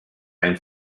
time